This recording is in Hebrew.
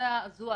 זו ההצעה.